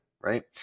right